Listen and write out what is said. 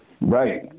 Right